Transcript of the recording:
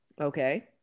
Okay